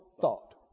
thought